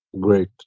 Great